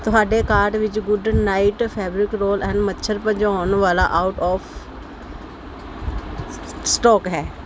ਤੁਹਾਡੇ ਕਾਰਟ ਵਿੱਚ Good Knight fabric roll on ਮੱਛਰ ਭਜਾਉਣ ਵਾਲਾ ਆਊਟ ਓਫ ਸ ਸਟੋਕ ਹੈ